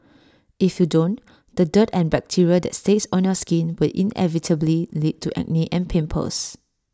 if you don't the dirt and bacteria that stays on your skin will inevitably lead to acne and pimples